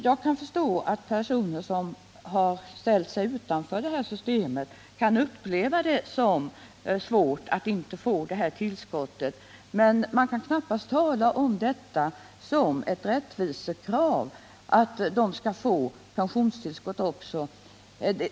Jag kan förstå att personer som har ställt sig utanför systemet kan uppleva det som svårt att inte få pensionstillskottet, men man kan knappast såsom ett rättvisekrav tala om att de skall få pensionstillskott också.